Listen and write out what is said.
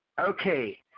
Okay